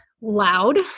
loud